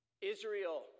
Israel